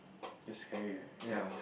just scary right ya